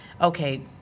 okay